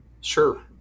Sure